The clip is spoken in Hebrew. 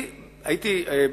אדוני השר,